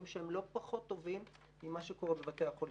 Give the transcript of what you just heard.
שהם לא פחות טובים ממה שקורה בבתי החולים.